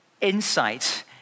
insight